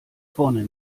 vorne